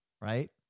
right